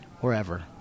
wherever